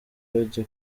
bajya